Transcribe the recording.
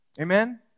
Amen